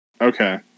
Okay